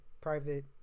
private